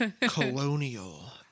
Colonial